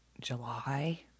July